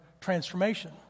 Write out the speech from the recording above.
transformation